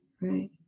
right